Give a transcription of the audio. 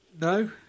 No